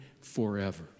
forever